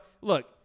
look